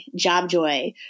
JobJoy